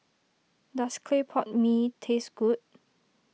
does Clay Pot Mee taste good